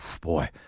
Boy